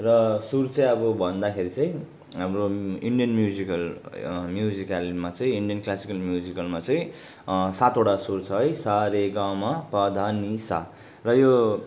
र सुर चाहिँ अब भन्दाखेरि चाहिँ हाम्रो इन्डियन म्युजिकल म्युजिकलमा चाहिँ इन्डियन क्लासिकल म्युजिकलमा चाहिँ सातवटा सुर छ है सा रे गा मा प धा नि सा र यो